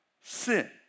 sin